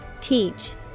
teach